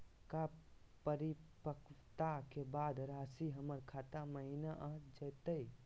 का परिपक्वता के बाद रासी हमर खाता महिना आ जइतई?